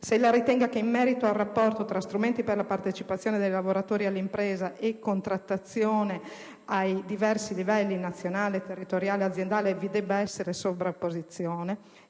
ella ritenga che in merito al rapporto tra strumenti per la partecipazione dei lavoratori alle imprese e contrattazione ai diversi livelli (nazionale, territoriale e aziendale) vi debba essere sovrapposizione